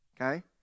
Okay